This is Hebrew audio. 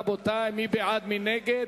רבותי, מי בעד, מי נגד?